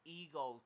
ego